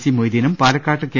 C മൊയ്തീനും പാലക്കാട്ട് K